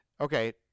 okay